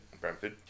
Brentford